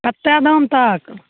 कतेक दाम तक